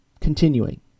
Continuing